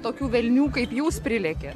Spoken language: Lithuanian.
tokių velnių kaip jūs prilėkė